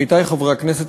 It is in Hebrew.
עמיתי חברי הכנסת,